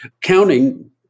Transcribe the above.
counting